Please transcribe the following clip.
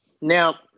Now